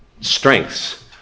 strengths